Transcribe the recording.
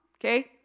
okay